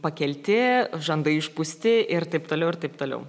pakelti žandai išpūsti ir taip toliau ir taip toliau